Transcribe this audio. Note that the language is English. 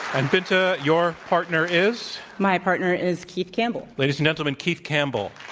and binta, your partner is? my partner is keith campbell. ladies and gentlemen, keith campbell.